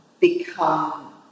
become